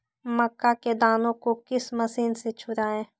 मक्का के दानो को किस मशीन से छुड़ाए?